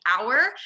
hour